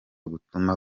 gutuma